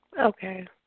Okay